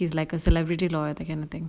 he's like a celebrity lawyer that kind of thing